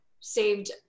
saved